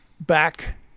back